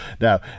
Now